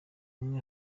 ubwe